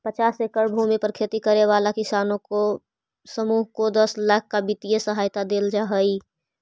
पचास एकड़ भूमि पर खेती करे वाला किसानों के समूह को दस लाख की वित्तीय सहायता दे जाईल हई